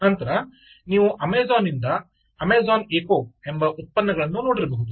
ನಂತರ ನೀವು ಅಮೆಜಾನ್ನಿಂದ 'ಅಮೆಜಾನ್ ಎಕೋ' ಎಂಬ ಉತ್ಪನ್ನಗಳನ್ನು ನೋಡಿರಬಹುದು